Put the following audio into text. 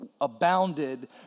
abounded